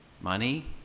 money